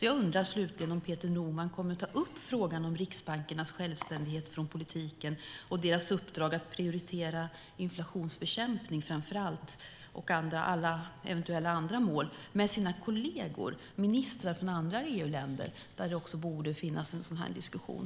Jag undrar slutligen om Peter Norman kommer att ta upp frågan om riksbankernas självständighet från politiken och deras uppdrag att prioritera inflationsbekämpning framför allt, och eventuella andra mål, med sina kolleger - ministrar från andra EU-länder där det också borde finnas en sådan här diskussion.